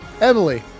emily